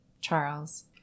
Charles